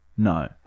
No